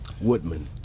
Woodman